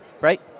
right